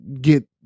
get